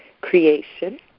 Creation